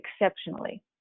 exceptionally